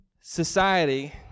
society